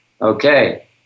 Okay